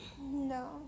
No